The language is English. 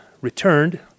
returned